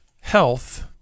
health –